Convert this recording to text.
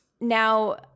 Now